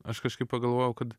aš kažkaip pagalvojau kad